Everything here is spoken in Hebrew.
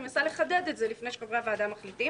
ואני מנסה לחדד את זה לפני שחברי הוועדה מחליטים.